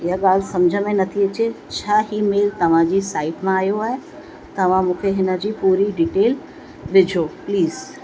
इहा ॻाल्हि सम्झ में न थी अचे छा हीअ मेल तव्हांजी साइट मां आहियो आहे तव्हां मूंखे हिन जी पूरी डिटेल ॾिजो प्लीस